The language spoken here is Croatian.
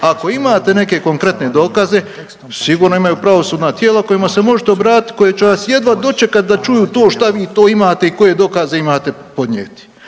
Ako imate neke konkretne dokaze, sigurno imaju pravosudna tijela kojima se možete obratiti, koje će vas jedva dočekati da čuju to šta vi to imate i koje dokaze imate podnijeti.